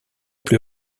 plus